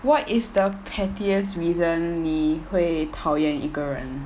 what is the pettiest reason 你会讨厌一个人